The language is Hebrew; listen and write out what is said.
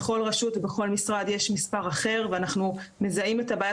בכל רשות ובכל משרד יש מספר אחר ואנחנו מזהים את הבעיה